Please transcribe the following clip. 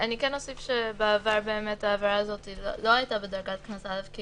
אני כן אוסיף שבעבר העבירה הזאת לא הייתה בדרגת קנס א'.